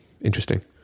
Interesting